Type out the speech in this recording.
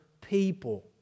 people